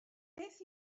beth